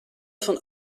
van